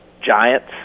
Giants